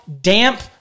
damp